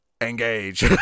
engage